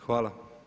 Hvala.